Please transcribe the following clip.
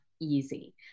easy